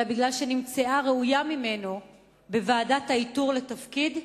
אלא כי נמצאה ראויה ממנו בוועדת האיתור לתפקיד,